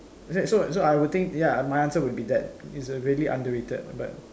that so so I would think ya my answer would be that its a really underrated but